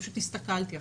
פשוט הסתכלתי עכשיו.